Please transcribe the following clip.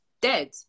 dead